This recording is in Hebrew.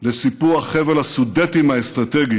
לסיפוח חבל הסודטים האסטרטגי